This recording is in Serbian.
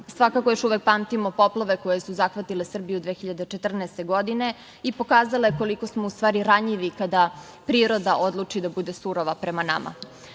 Svakako, još uvek pamtimo poplave koje su zahvalite Srbiju 2014. godine i pokazale koliko smo u stvari ranjivi kada priroda odluči da bude surova prema nama.